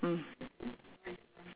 mm